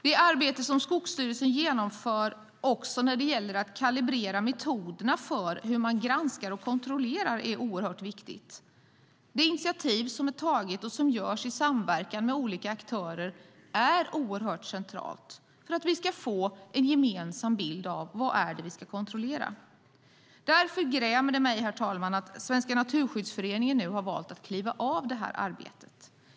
Det arbete som Skogsstyrelsen genomför också när det gäller att kalibrera metoderna för hur man granskar och kontrollerar är oerhört viktigt. Det initiativ som man har tagit och som görs i samverkan med olika aktörer är centralt för att vi ska få en gemensam bild av vad det är vi ska kontrollera. Därför grämer det mig, herr talman, att Svenska Naturskyddsföreningen nu har valt att kliva av arbetet.